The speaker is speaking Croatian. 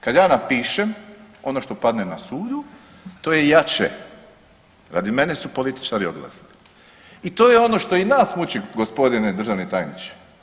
Kad ja napišem, ono što padne na sudu, to je jače, radi mene su političari odlazili i to je ono što i nas muči, g. državni tajniče.